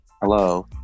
Hello